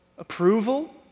Approval